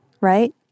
right